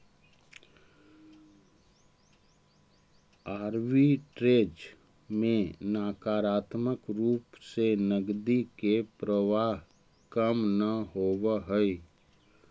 arbitrage में नकारात्मक रूप से नकदी के प्रवाह कम न होवऽ हई